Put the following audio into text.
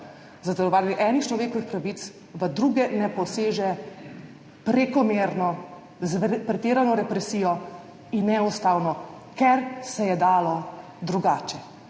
v zatrjevanju enih človekovih pravic v druge ne poseže prekomerno, s pretirano represijo in neustavno, ker se je dalo drugače.